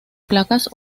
placas